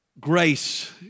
grace